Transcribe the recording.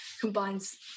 combines